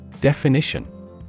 Definition